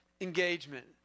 engagement